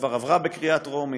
שכבר עברה בקריאה טרומית,